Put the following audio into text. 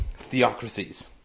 theocracies